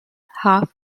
half